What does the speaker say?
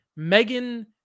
Megan